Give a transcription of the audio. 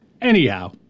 anyhow